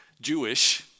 Jewish